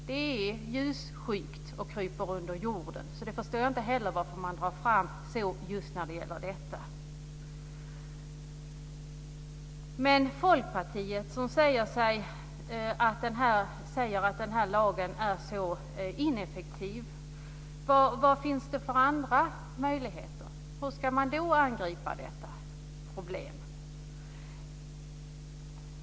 Den är ljusskygg och kryper under jorden. Jag förstår inte varför man drar fram det när det gäller just detta. Folkpartiet säger att den här lagen är ineffektiv. Men vad finns det för andra möjligheter? Hur ska man annars angripa detta problem?